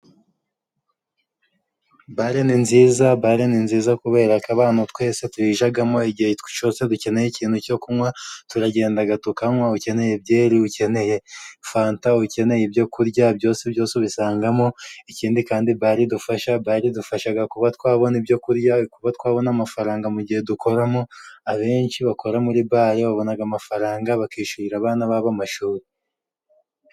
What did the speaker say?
Bare ni nziza, bare ni nziza kubera ko abantu twese tuyijyamo igihe cyose dukeneye ikintu cyo kunywa, turagenda kanywa ukeneye byeri , ukeneye fanta, ukeneye ibyo kurya byose byose ubisangamo ikindi kandi bare idufasha kuba twabona ibyo kurya , kuba twabona amafaranga mu gihe dukoramo abenshi bakora muri bari babona amafaranga bakishyurira abana babo amashuri.